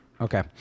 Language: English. Okay